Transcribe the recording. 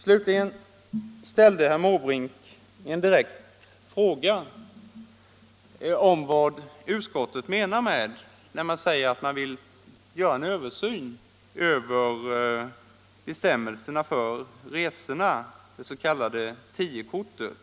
Slutligen ställde herr Måbrink en direkt fråga om vad utskottet menar när det förordar en översyn av bestämmelserna för resorna, det s.k. tiokortet.